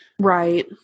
Right